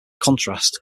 contrast